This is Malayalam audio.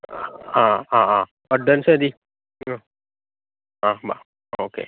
ആ ആ ആ ആ അഡ്വാൻസ് മതി മും അ മ ഓക്കെ